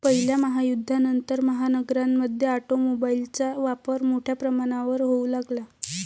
पहिल्या महायुद्धानंतर, महानगरांमध्ये ऑटोमोबाइलचा वापर मोठ्या प्रमाणावर होऊ लागला